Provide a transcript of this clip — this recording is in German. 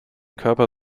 körper